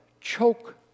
choke